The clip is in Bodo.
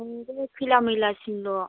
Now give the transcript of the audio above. ह बै खैला मैलासिमल'